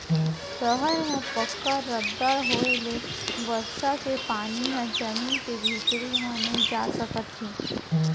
सहर म पक्का रद्दा होए ले बरसा के पानी ह जमीन के भीतरी म नइ जा सकत हे